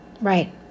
Right